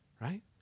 right